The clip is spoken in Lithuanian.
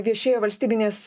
viešėjo valstybinės